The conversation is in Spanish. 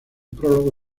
prólogo